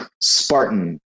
Spartan